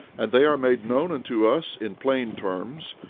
and they are made known unto us in plain terms,